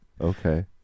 Okay